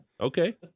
Okay